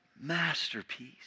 masterpiece